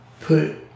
put